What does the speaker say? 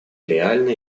реальны